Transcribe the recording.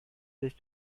sich